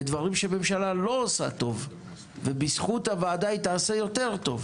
ודברים שממשלה לא עושה טוב ובזכות הוועדה היא תעשה יותר טוב.